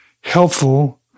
helpful